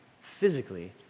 physically